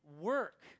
work